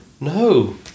no